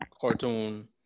cartoon